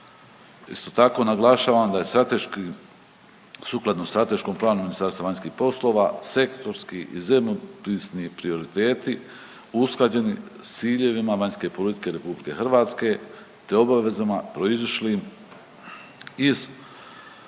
Isto tako naglašavam da je strateški sukladno strateškom planu Ministarstva vanjskih poslova sektorski i Zemun …/Govornik se ne razumije./… prioriteti usklađeni s ciljevima vanjske politike RH te obavezama proizišlim iz